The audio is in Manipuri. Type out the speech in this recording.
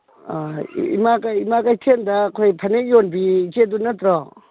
ꯑ ꯏꯃꯥ ꯀꯩꯊꯦꯜꯗ ꯑꯩꯈꯣꯏ ꯐꯅꯦꯛ ꯌꯣꯟꯕꯤ ꯏꯆꯦꯗꯨ ꯅꯠꯇ꯭ꯔꯣ